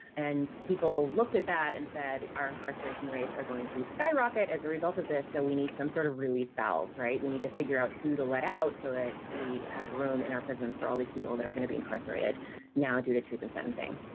and people looked at that and said our incarceration rates are going to skyrocket as a result of this. so we need some sort of release valve. right. we need to figure out who to let out so that we have room in our prisons for all these people that are going to be incarcerated now due to truth and sentencing.